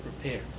prepare